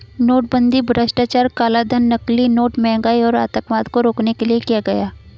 नोटबंदी भ्रष्टाचार, कालाधन, नकली नोट, महंगाई और आतंकवाद को रोकने के लिए किया गया